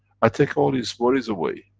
i take all his worries away.